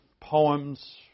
poems